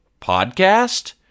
podcast